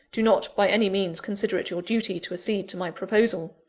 do not by any means consider it your duty to accede to my proposal.